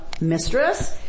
mistress